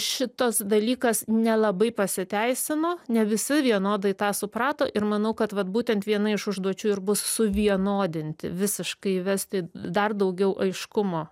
šitas dalykas nelabai pasiteisino ne visi vienodai tą suprato ir manau kad vat būtent viena iš užduočių ir bus suvienodinti visiškai įvesti dar daugiau aiškumo